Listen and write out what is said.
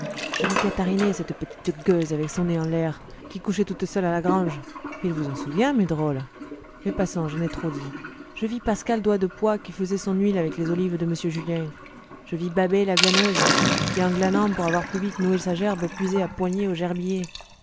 je vis catarinet cette petite gueuse avec son nez en l'air qui couchait toute seule à la grange il vous en souvient mes drôles mais passons j'en ai trop dit je vis pascal doigt de poix qui faisait son huile avec les olives de m julien je vis babet la glaneuse qui en glanant pour avoir plus vite noué sa gerbe puisait à poignées aux gerbiers